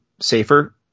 safer